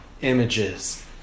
images